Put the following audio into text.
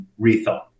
rethought